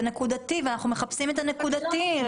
זה נקודתי ואנחנו מחפשים את הנקודתי.